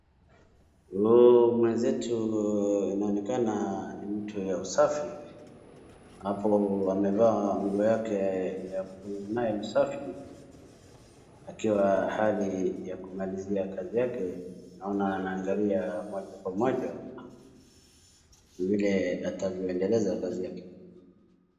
Huu mwenzetu inaonekana ni mtu ya usafi. Hapo amevaa nguo yake ya kufanya naye usafi akiwa hali ya kumalizia kazi yake. Naona anaangalia moja kwa moja vile atavyoendeleza kazi yake.